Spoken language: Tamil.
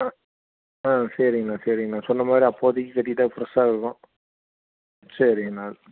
ஆ ஆ சரிங்கண்ணா சரிங்கண்ணா சொன்ன மாதிரி அப்போதைக்கு கட்டிக்கிட்டால் ஃப்ரெஷ்ஷாக இருக்கும் சரிங்கண்ணா